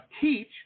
teach